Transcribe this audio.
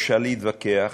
אפשר להתווכח,